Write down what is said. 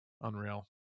unreal